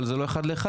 אבל זה לא אחד לאחד,